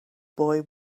boy